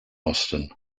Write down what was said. austen